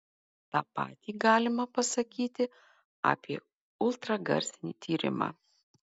tą patį galima pasakyti apie ultragarsinį tyrimą